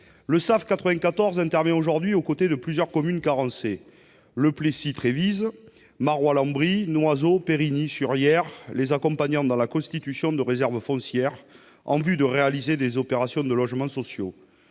Le SAF 94 intervient aujourd'hui aux côtés de plusieurs communes carencées- Le Plessis-Trévise, Marolles-en-Brie, Noiseau, Périgny-sur-Yerres -, les accompagnant dans la constitution de réserves foncières en vue de réaliser des opérations de logements sociaux.